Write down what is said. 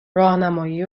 راهنمایی